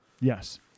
Yes